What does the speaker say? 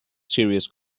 serious